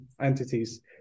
entities